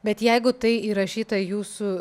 bet jeigu tai įrašyta jūsų